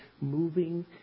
moving